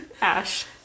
ash